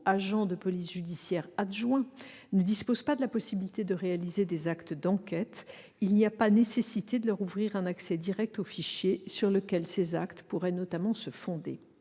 agents de police judiciaire adjoints, ne disposent pas de la possibilité de réaliser des actes d'enquête, il n'y a pas nécessité de leur ouvrir un accès direct aux fichiers sur lesquels ces actes pourraient notamment se fonder.